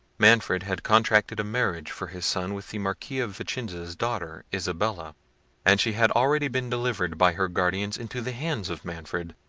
manfred had contracted a marriage for his son with the marquis of vicenza's daughter, isabella and she had already been delivered by her guardians into the hands of manfred,